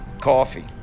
Coffee